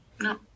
No